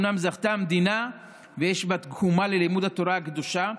אומנם זכתה המדינה ויש בה תקומה ללימוד התורה הקדושה,